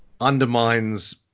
undermines